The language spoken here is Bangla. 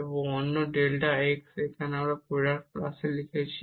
এবং অন্য ডেল্টা x কে আমরা প্রোডাক্ট প্লাসে লিখেছি